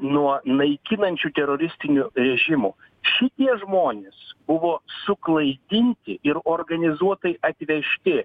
nuo naikinančių teroristinių režimų šitie žmonės buvo suklaidinti ir organizuotai atvežti